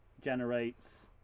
generates